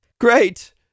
Great